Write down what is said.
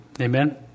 Amen